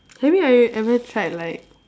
have you e~ ever tried like